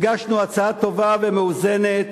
הגשנו הצעה טובה ומאוזנת,